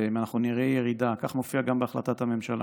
אם נראה ירידה, כך מופיע גם בהחלטת הממשלה,